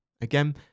Again